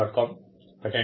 google